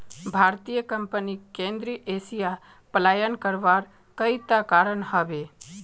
भारतीय कंपनीक केंद्रीय एशिया पलायन करवार कोई त कारण ह बे